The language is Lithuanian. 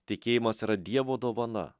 tikėjimas yra dievo dovana